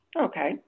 Okay